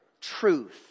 truth